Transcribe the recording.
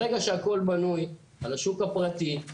ברגע שהכל בנוי על השוק הפרטי,